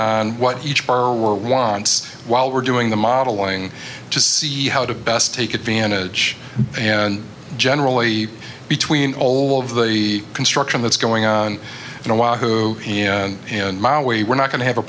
in what each bar world wants while we're doing the modeling to see how to best take advantage and generally between all of the construction that's going on in a while who you know we're not going to have a